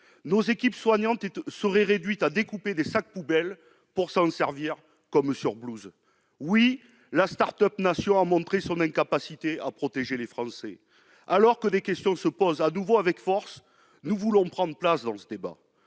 des équipes soignantes seraient réduites à découper des sacs poubelles pour s'en servir en guise de surblouses ... Oui, la « start-up nation »a montré son incapacité à protéger les Français ! Alors que des questions se posent à nouveau avec force, nous voulons prendre toute notre place dans ce débat.